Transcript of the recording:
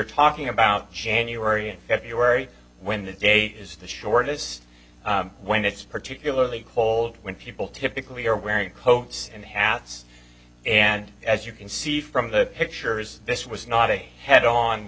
talking about january and february when the date is the shortest when it's particularly cold when people typically are wearing coats and hats and as you can see from the pictures this was not a head on